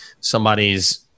somebody's